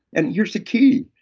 and here's the key.